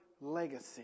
legacy